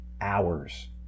hours